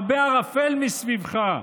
הרבה ערפל מסביבך,